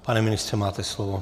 Pane ministře, máte slovo.